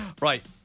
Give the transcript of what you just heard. right